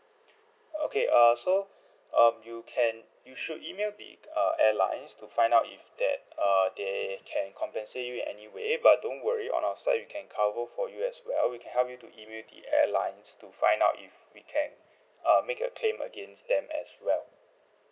okay err so um you can you should email the uh airlines to find out if that err they can compensate you in anyway but don't worry on our side we can cover for you as well we can help you to email the airlines to find out if we can uh make a claim against them as well